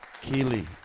Keely